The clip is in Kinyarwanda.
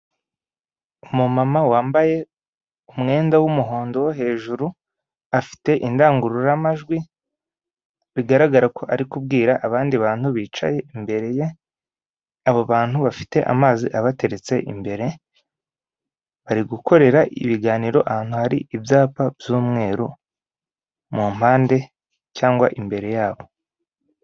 Umumama wambaye umwenda w'umuhondo wo hejuru afite indangururamajwi bigaragara ko ari kubwira abandi bantu bicaye imbere ye, abo bantu bafite amazi abateretse imbere bari gukorera ibiganiro ahantu hari ibyapa by'umweru mu mpande cyangwa imbere yabo.